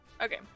Okay